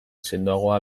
sendoagoa